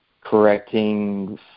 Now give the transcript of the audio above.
correcting